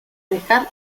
dejar